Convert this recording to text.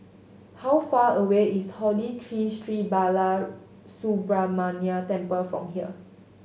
how far away is Holy Tree Sri Balasubramaniar Temple from here